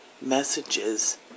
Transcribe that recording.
messages